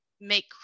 make